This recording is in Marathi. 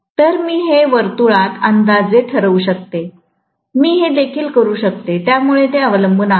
तर मी हे वर्तुळात अंदाजे ठरवू शकते मी हे देखील करू शकते त्यामुळे ते अवलंबून आहे